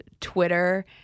Twitter